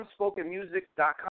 unspokenmusic.com